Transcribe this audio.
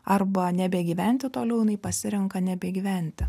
arba nebegyventi toliau jinai pasirenka nebegyventi